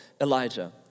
Elijah